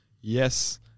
Yes